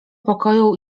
pokoju